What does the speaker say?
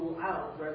out